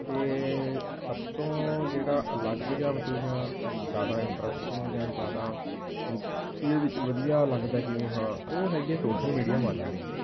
ਅਤੇ ਸਭ ਤੋਂ ਜਿਹੜਾ ਅਲੱਗ ਜਾਂ ਮਤਲਬ ਜਾਂ ਜ਼ਿਆਦਾ ਇੰਟਰਸਟਿੰਗ ਜਾਂ ਜ਼ਿਆਦਾ ਜਿਹਦੇ ਵਿੱਚ ਵਧੀਆ ਲੱਗਦਾ ਹੈ ਕਿ ਵੀ ਹਾਂ ਉਹ ਹੈਗੀ ਆ ਸੋਸ਼ਲ ਮੀਡੀਆ ਮਾਰਕੀਟਿੰਗ